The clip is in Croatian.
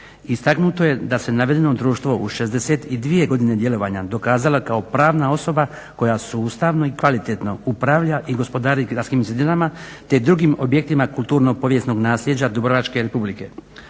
Istaknuto je da se navedeno društvo u 62 godine djelovanja dokazalo kao pravna osoba koja sustavno i kvalitetno upravlja i gospodari gradskim zidinama te drugim objektima kulturnog povijesnog naslijeđa Dubrovačke Republike.